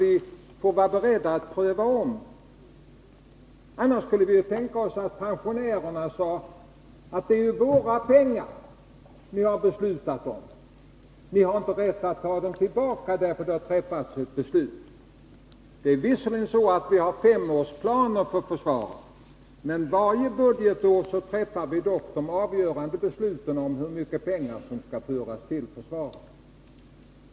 Vi får vara beredda att pröva om, annars kanske pensionärerna säger:” Det är våra pengar ni har beslutat om. Ni har inte rätt att ta tillbaka dem.” Visserligen har vi femårsplaner för försvaret, men varje budgetår träffar vi de avgörande besluten om hur mycket pengar som skall föras över till försvaret.